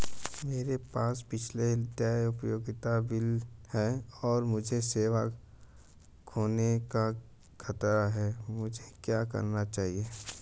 मेरे पास पिछले देय उपयोगिता बिल हैं और मुझे सेवा खोने का खतरा है मुझे क्या करना चाहिए?